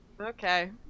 okay